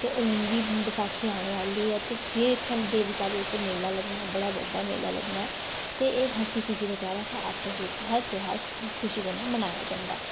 ते हू'न बी बैसाखी औने आह्ली ऐ फ्ही इत्थें देविका बिच मेला लग्गना बड़ा बड्डा मेला लगना ते एह् हसी खुशी आह्ला ध्यार आपस च मनाया जंदा